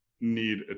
need